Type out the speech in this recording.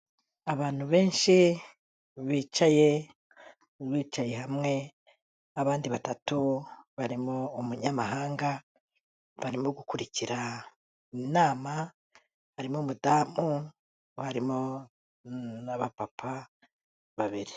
Abantu benshi, bicaye, bicaye hamwe, abandi batatu barimo umunyamahanga, barimo gukurikira inama, harimo umudamu harimo n'abapapa babiri.